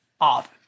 off